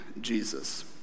Jesus